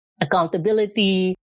accountability